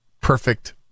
perfect